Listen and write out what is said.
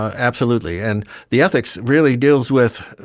absolutely, and the ethics really deals with,